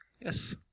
Yes